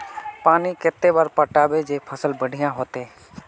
पानी कते बार पटाबे जे फसल बढ़िया होते?